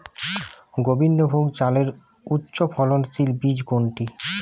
গোবিন্দভোগ চালের উচ্চফলনশীল বীজ কোনটি?